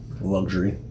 luxury